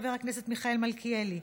חבר הכנסת מיכאל מלכיאלי,